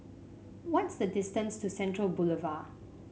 what's the distance to Central Boulevard